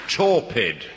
Torpid